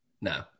No